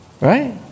right